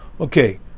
Okay